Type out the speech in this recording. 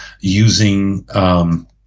using